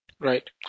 Right